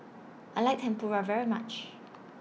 I like Tempura very much